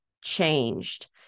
changed